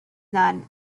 none